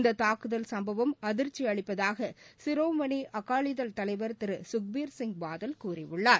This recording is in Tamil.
இந்த தாக்குதல் சும்பவம் அதிர்ச்சி அளிப்பதாக சிரோமோனி அகாலிதள் தலைவர் திரு சுக்பீர் சிங் பாதல் கூறியுள்ளார்